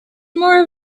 more